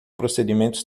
procedimentos